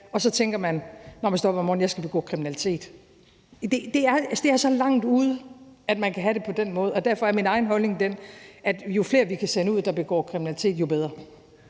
til at være her, når man står op om morgenen, så tænker: Jeg skal begå kriminalitet. Det er så langt ude, at man kan have det på den måde, og derfor er min egen holdning den, at jo flere af dem, der begår kriminalitet, vi kan